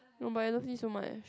no but I love it so much